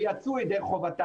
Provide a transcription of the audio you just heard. וכך הם יצאו ידי חובתם.